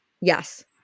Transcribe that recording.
Yes